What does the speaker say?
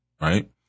right